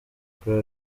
kuri